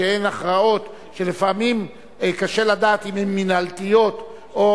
שהן הכרעות שלפעמים קשה לדעת אם הן מינהלתיות או,